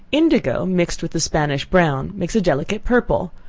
indigo mixed with the spanish brown makes a delicate purple,